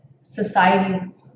societies